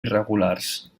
irregulars